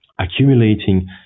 accumulating